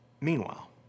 meanwhile